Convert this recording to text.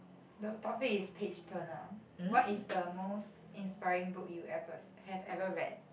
the topic is page turner what is the most inspiring book you ever have ever read